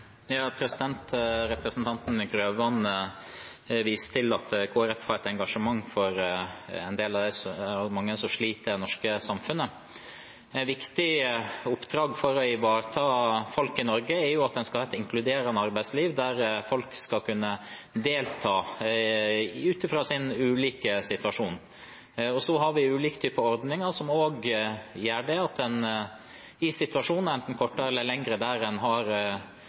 Representanten Grøvan viste til at Kristelig Folkeparti har engasjement for de mange som sliter i det norske samfunnet. Et viktig oppdrag for å ivareta folk i Norge, er at man skal ha et inkluderende arbeidsliv der folk skal kunne delta ut fra sin situasjon. Vi har ulike typer ordninger som gjør at man i en situasjon der man i enten kortere eller lengre tid har